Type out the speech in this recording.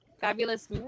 Fabulous